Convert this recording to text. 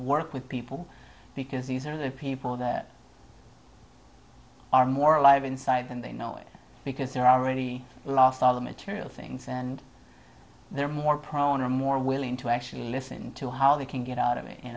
work with people because these are the people that are more alive inside and they know it because they're already lost all the material things and they're more prone or more willing to actually listen to how they can get out of it you